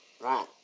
Right